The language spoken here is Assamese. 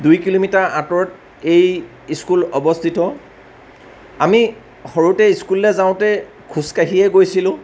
দুই কিলোমিটাৰ আঁতৰত এই স্কুল অৱস্থিত আমি সৰুতে স্কুললৈ যাওঁতে খোজ কাঢ়িয়ে গৈছিলোঁ